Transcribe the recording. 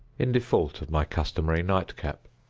in default of my customary nightcap.